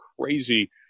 crazy